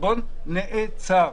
החשבון נעצר.